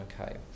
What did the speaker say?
Okay